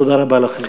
תודה רבה לכם.